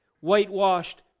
Whitewashed